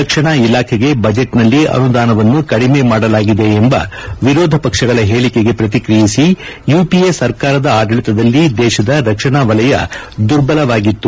ರಕ್ಷಣಾ ಇಲಾಖೆಗೆ ಬಜೆಟ್ನಲ್ಲಿ ಅನುದಾನವನ್ನು ಕಡಿಮೆ ಮಾಡಲಾಗಿದೆ ಎಂಬ ವಿರೋಧ ಪಕ್ಷಗಳ ಹೇಳಿಕೆಗೆ ಪ್ರತಿಕ್ರಿಯಿಸಿ ಯುಪಿಎ ಸರ್ಕಾರದ ಆಡಳಿತದಲ್ಲಿ ದೇಶದ ರಕ್ಷಣಾ ವಲಯ ದುರ್ಬಲವಾಗಿತ್ತು